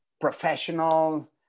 professional